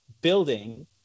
building